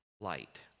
light